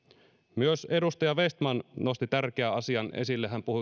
myös edustaja vestman nosti tärkeän asian esille hän